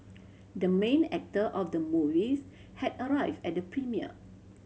the main actor of the movies had arrived at the premiere